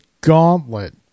gauntlet